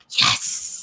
Yes